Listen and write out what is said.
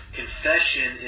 confession